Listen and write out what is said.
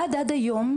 עד היום,